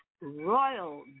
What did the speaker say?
royal